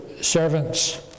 servants